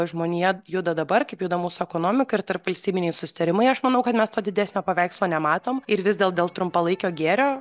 žmonija juda dabar kaip juda mūsų ekonomika ir tarpvalstybiniai susitarimai aš manau kad mes to didesnio paveikslo nematom ir vis dėl dėl trumpalaikio gėrio